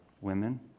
women